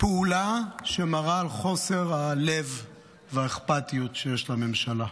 פעולה שמראה את חוסר הלב והאכפתיות שיש לממשלה.